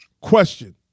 question